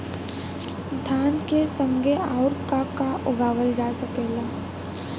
धान के संगे आऊर का का उगावल जा सकेला?